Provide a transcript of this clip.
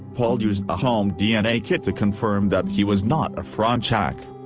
paul used a home dna kit to confirm that he was not a fronczak.